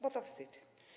Bo to wstyd.